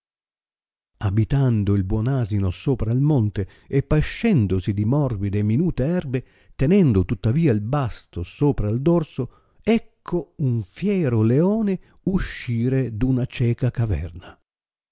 abitando il buon asino sopra il monte e pascendosi di morbide e minute erbe tenendo tuttavia il basto sopra il dorso ecco un fiero leone uscire d'una cieca caverna